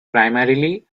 primarily